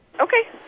Okay